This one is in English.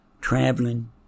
traveling